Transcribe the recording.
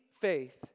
faith